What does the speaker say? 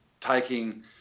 taking